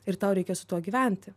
ir tau reikia su tuo gyventi